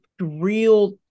real